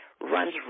runs